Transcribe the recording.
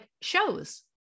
shows